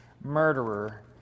murderer